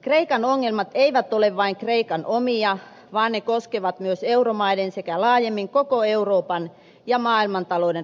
kreikan ongelmat eivät ole vain kreikan omia vaan ne koskevat myös euromaiden sekä laajemmin koko euroopan ja maailmantalouden rahoitusvakautta